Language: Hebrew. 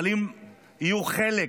אבל אם יהיו חלק